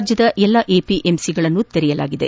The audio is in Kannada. ರಾಜ್ಯದ ಎಲ್ಲಾ ಎಪಿಎಂಸಿಗಳನ್ನು ತೆರೆಯಲಾಗಿದೆ